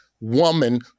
Woman